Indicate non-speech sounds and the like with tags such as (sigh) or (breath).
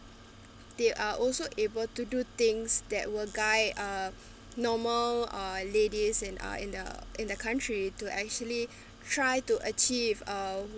they are also able to do things that were guy uh normal uh ladies and are in the in the country to actually (breath) try to achieve uh